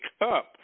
up